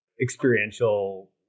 experiential